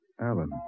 Alan